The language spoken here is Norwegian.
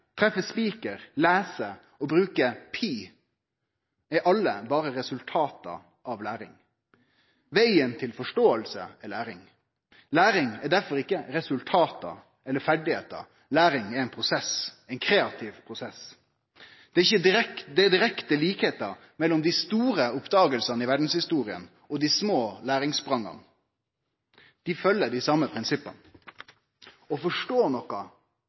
treffe spikar, lese og bruke pi er alt berre resultat av læring. Vegen til forståing er læring. Læring er derfor ikkje resultat eller ferdigheiter. Læring er ein prosess, ein kreativ prosess. Det er direkte likskapar mellom dei store oppdagingane i verdshistoria og dei små læringsspranga. Dei følgjer dei same prinsippa. Å forstå noko